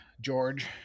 george